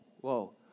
whoa